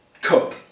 cup